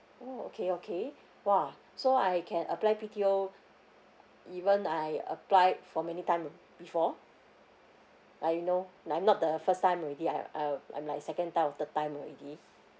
oh okay okay !wow! so I can apply B_T_O even I applied for many time be~ before like you know no I'm not the first time already I I I'm like my second time of the time already